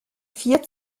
vier